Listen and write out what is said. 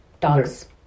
Dogs